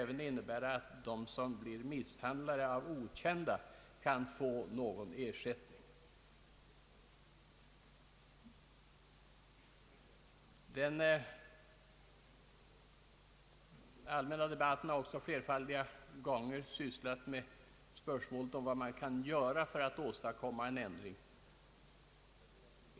Även sådana som blivit misshandlade av okända personer bör kunna få någon ersättning. Den allmänna debatten har flerfaldiga gånger sysslat med frågan om vad som kan göras för att åstadkomma en ändring.